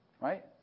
Right